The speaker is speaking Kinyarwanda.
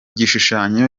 gishushanyo